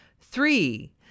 Three